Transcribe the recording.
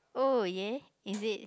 oh ya is it